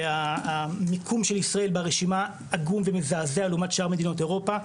והמיקום של ישראל ברשימה עגום ומזעזע לעומת שאר מדינות אירופה.